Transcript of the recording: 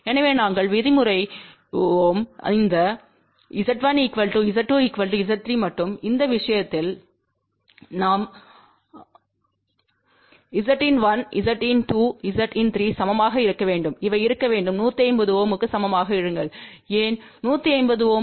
எனவே நாங்கள் விதிமுறைவோம் அந்த Z1 Z2 Z3மற்றும் அந்த விஷயத்தில் நாம் ஒரு Zin1 Zin2 Zin3சமமாக இருக்க வேண்டும் இவை இருக்க வேண்டும் 150 Ω க்கு சமமாக இருங்கள்ஏன் 150 Ω